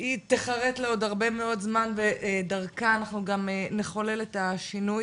היא תיחרט לעוד הרבה מאוד זמן ודרכה אנחנו גם נחולל את השינוי.